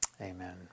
Amen